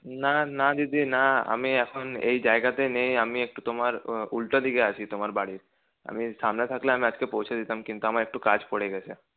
না না দিদি না আমি এখন এই জায়গাতে নেই আমি একটু তোমার উল্টোদিকে আছি তোমার বাড়ির আমি সামনে থাকলে আমি আজকে পৌঁছে দিতাম কিন্তু আমার একটু কাজ পড়ে গেছে